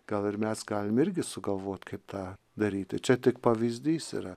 gal ir mes galim irgi sugalvoti kaip tą daryti čia tik pavyzdys yra